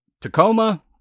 Tacoma